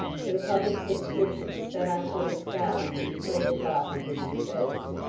that a public subscription was set on foot in scotland to defray the cost of his defence.